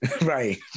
right